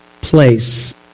place